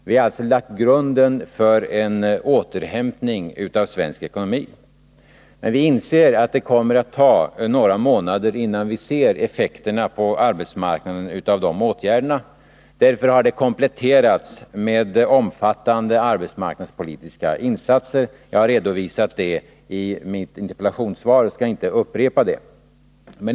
Vi har alltså lagt grunden för en återhämtning av svensk ekonomi. Men vi inser att det kommer att ta några månader innan vi ser effekterna av dessa åtgärder på arbetsmarknaden. Därför har de kompletterats med omfattande arbetsmarknadspolitiska insatser. Jag har redovisat dem i mitt interpellationssvar och skall inte upprepa det.